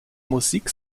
musik